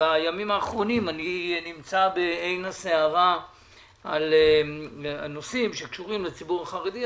בימים האחרונים אני נמצא בעין הסערה על הנושאים שקשורים לציבור החרדי.